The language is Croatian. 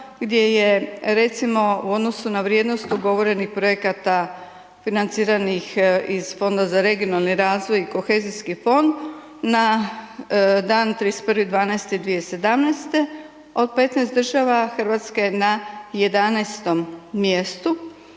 gdje je recimo u odnosu na vrijednost ugovorenih projekata financiranih iz Fonda za regionalni razvoj i kohezijski fond, na dan 31.12.2017., od 15 država, Hrvatska je na 11. mjestu,